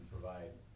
provide